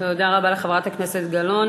תודה רבה לחברת הכנסת גלאון.